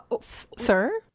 Sir